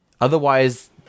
Otherwise